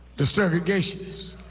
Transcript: the segregationist.